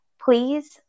please